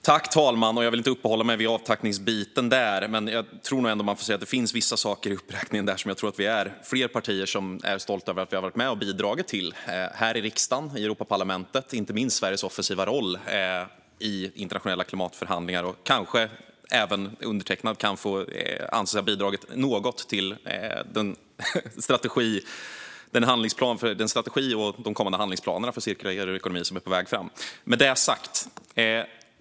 Fru talman! Jag vill inte uppehålla mig vid avtackningsbiten. Men jag tror ändå att det finns vissa saker i uppräkningen som vi är flera partier som är stolta över att ha varit med och bidragit till här i riksdagen, i Europaparlamentet och inte minst i Sveriges offensiva roll i internationella klimatförhandlingar. Kanske kan även undertecknad anses ha bidragit något till strategin och de kommande handlingsplanerna för cirkulär ekonomi som är på väg. Nog sagt om det.